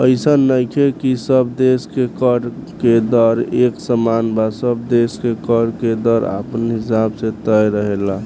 अइसन नइखे की सब देश के कर के दर एक समान बा सब देश के कर के दर अपना हिसाब से तय रहेला